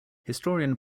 historian